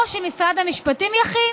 או שמשרד המשפטים יכין,